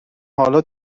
حالا